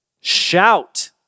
shout